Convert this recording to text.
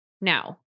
now